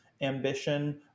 ambition